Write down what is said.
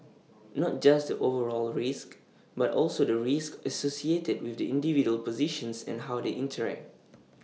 not just the overall risk but also the risk associated with the individual positions and how they interact